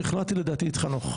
שכנעתי לדעתי את חנוך.